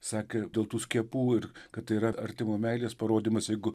sakė dėl tų skiepų ir kad yra artimo meilės parodymas jeigu